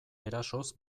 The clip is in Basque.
erasoz